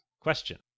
question